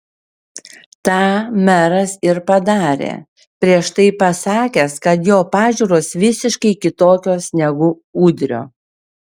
tą meras ir padarė prieš tai pasakęs kad jo pažiūros visiškai kitokios negu udrio